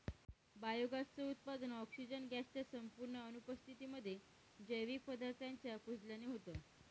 biogas च उत्पादन, oxygen gas च्या संपूर्ण अनुपस्थितीमध्ये, जैविक पदार्थांच्या कुजल्याने होतं